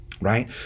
right